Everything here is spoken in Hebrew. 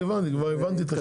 כבר הבנתי את השינוי.